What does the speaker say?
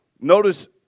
notice